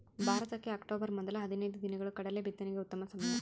ಭಾರತಕ್ಕೆ ಅಕ್ಟೋಬರ್ ಮೊದಲ ಹದಿನೈದು ದಿನಗಳು ಕಡಲೆ ಬಿತ್ತನೆಗೆ ಉತ್ತಮ ಸಮಯ